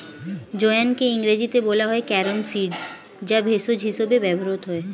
জোয়ানকে ইংরেজিতে বলা হয় ক্যারাম সিড যা ভেষজ হিসেবে ব্যবহৃত হয়